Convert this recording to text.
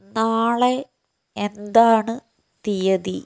നാളെ എന്താണ് തീയതി